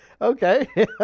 Okay